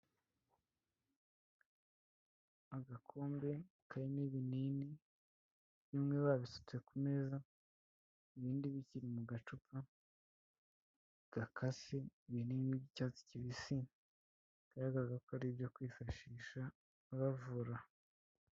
Agakombe karimo ibinini, bimwe babisutse ku meza, ibindi bikiri mu gacupa gakase, ibinini by'icyatsi kibisi, bigaragaza ko ari ibyo kwifashisha abavura.